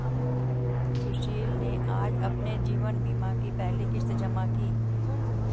सुशील ने आज अपने जीवन बीमा की पहली किश्त जमा की